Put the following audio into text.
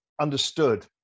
understood